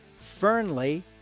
Fernley